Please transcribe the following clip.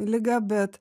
liga bet